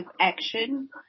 action